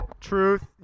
Truth